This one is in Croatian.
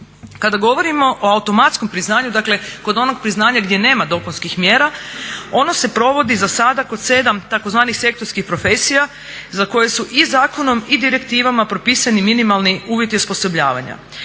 Kada govorimo o automatskom priznanju, dakle kod onog priznanja gdje nema dopunskih mjera, ono se provodi za sada kod 7 tzv. sektorskih profesija za koje su i zakonom i direktivama propisani minimalni uvjeti osposobljavanja.